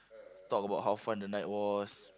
talk about how fun the night was